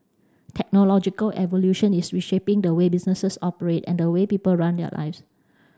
technological evolution is reshaping the way businesses operate and the way people run their lives